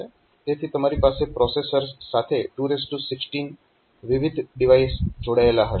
તેથી તમારી પાસે પ્રોસેસર્સ સાથે 216 વિવિધ ડિવાઇસ જોડાયેલા હશે